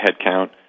headcount